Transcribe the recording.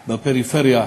בפריפריה,